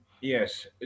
Yes